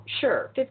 sure